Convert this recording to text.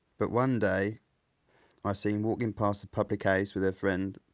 but one day i seen walking past a public house with a friend,